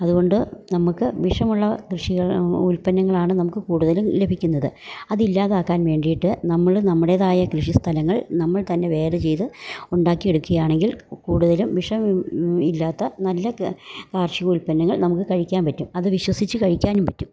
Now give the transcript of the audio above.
അതുകൊണ്ട് നമുക്ക് വിഷമുള്ള കൃഷികൾ ഉൽപ്പന്നങ്ങളാണ് നമുക്ക് കൂടുതലും ലഭിക്കുന്നത് അതില്ലാതാക്കാൻ വേണ്ടിയിട്ട് നമ്മള് നമ്മുടേതായ കൃഷി സ്ഥലങ്ങൾ നമ്മൾ തന്നെ വേറെ ചെയ്ത് ഉണ്ടാക്കിയെടുക്കുകയാണെങ്കിൽ കൂടുതലും വിഷം ഇല്ലാത്ത നല്ല ക കാർഷിക ഉൽപ്പന്നങ്ങൾ നമുക്ക് കഴിക്കാൻ പറ്റും അത് വിശ്വസിച്ച് കഴിക്കാനും പറ്റും